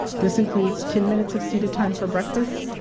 this includes ten minutes of seated time for breakfast,